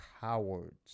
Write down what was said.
Cowards